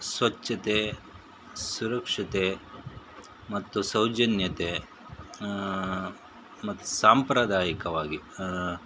ಸ್ವಚ್ಛತೆ ಸುರಕ್ಷತೆ ಮತ್ತು ಸೌಜನ್ಯತೆ ಮತ್ತು ಸಾಂಪ್ರದಾಯಿಕವಾಗಿ